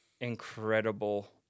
incredible